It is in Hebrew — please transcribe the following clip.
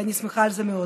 ואני שמחה על זה מאוד.